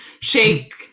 shake